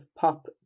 pop